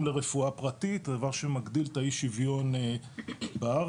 לרפואה פרטית וזה דבר שמגדיל את האי שוויון בארץ,